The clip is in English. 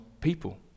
people